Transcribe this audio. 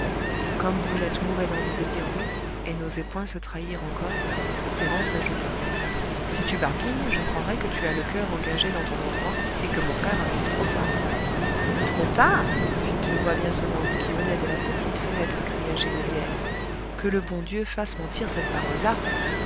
et comme brulette mourait d'envie de dire oui et n'osait point se trahir encore thérence ajouta si tu barguignes je croirai que tu as le coeur engagé dans ton endroit et que mon frère arrive trop tard trop tard fit une voix bien sonnante qui venait de la petite fenêtre grillagée de lierre que le bon dieu fasse mentir cette parole là